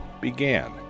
began